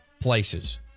places